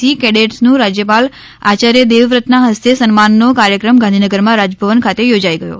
C કેડેટ્સનું રાજ્યપાલ આયાર્ય દેવવ્રતના ફસ્તે સન્માનનો કાર્યક્રમ ગાંધીનગરમાં રાજભવન ખાતે યોજાય ગયો